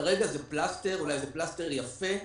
כרגע זה פלסטר, אולי זה פלסטר יפה.